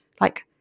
like-